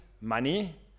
money